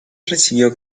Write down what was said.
recibió